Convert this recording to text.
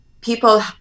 people